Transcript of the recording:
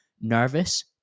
nervous